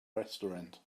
restaurant